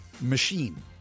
machine